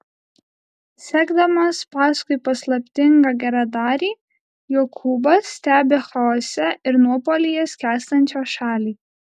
sekdamas paskui paslaptingą geradarį jokūbas stebi chaose ir nuopuolyje skęstančią šalį